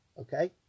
okay